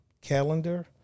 calendar